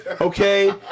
Okay